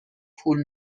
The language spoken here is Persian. پول